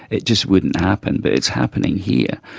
it just wouldn't happen, but it's happening here,